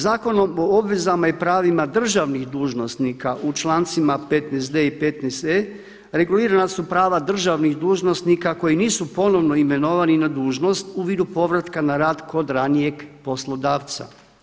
Zakonom o obvezama i pravima državnih dužnosnika u člancima 15.d i 15.e regulirana su prava državnih dužnosnika koji nisu ponovno imenovani na dužnost u vidu povratka na rad kod ranijeg poslodavca.